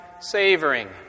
savoring